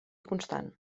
constant